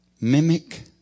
Mimic